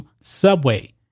Subway